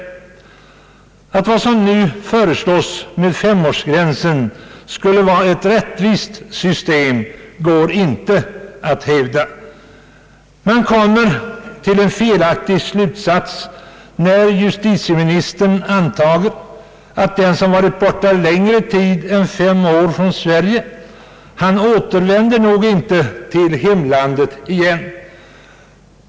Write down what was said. Det går inte att hävda att den nu föreslagna femårsgränsen skulle vara ett rättvist system. Justitieministerns slutsats är felaktig, när han antager att den som varit borta från Sverige längre tid än fem år nog inte återvänder till hemlandet igen.